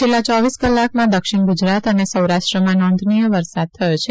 છેલ્લાં ચોવીસ કલાકમાં દક્ષિણ ગુજરાત અને સૌરાષ્ટ્રમાં નોંધનીય વરસાદ થયો છે